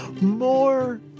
More